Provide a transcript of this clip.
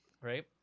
Right